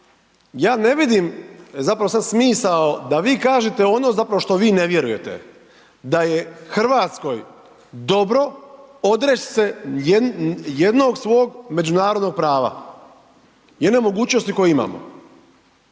ja ne vidim zapravo sad smisao da vi kažete ono zapravo što vi ne vjerujete, da je RH dobro odreć se jednog svog međunarodnog prava, jedne mogućnosti koju imamo,